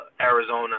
Arizona